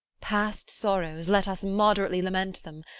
past sorrows, let us moderately lament them,